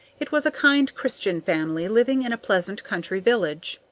it was a kind christian family living in a pleasant country village,